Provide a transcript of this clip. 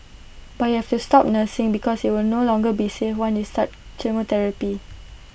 but you have to stop nursing because IT will no longer be safe once you start chemotherapy